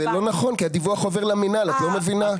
זה לא נכון כי הדיווח עובד למינהל, את לא מבינה?